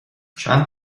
چند